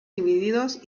divididos